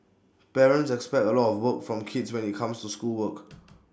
parents expect A lot of work from kids when IT comes to schoolwork